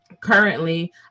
currently